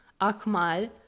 Akmal